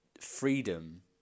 freedom